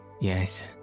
Yes